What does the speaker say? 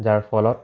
যাৰ ফলত